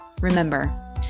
Remember